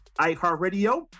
iHeartRadio